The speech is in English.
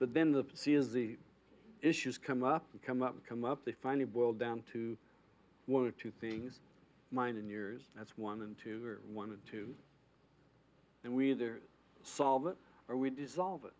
but then the sea is the issues come up come up come up they finally boil down to one or two things mine and yours that's one and two are one and two and we either solve it or we dissolve it